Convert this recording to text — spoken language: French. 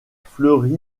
fleurit